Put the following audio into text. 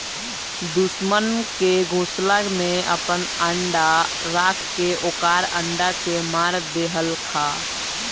दुश्मन के घोसला में आपन अंडा राख के ओकर अंडा के मार देहलखा